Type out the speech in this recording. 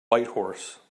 whitehorse